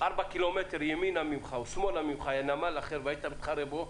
ארבעה ק"מ לידך היה נמל אחר והיית מתחרה בו,